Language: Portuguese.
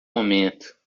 momento